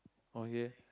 oh ya